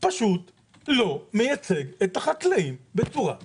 פשוט לא מייצג את החקלאים בצורה ראויה,